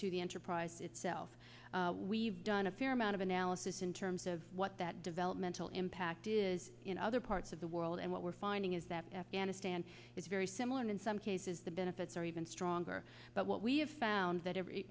to the enterprise itself we've done a fair amount of analysis in terms of what that developmental impact is in other parts of the world and what we're finding is that afghanistan is very similar and in some cases the benefits are even stronger but what we have found that every